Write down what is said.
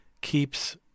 keeps